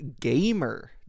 gamer